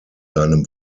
seinem